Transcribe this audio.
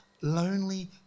lonely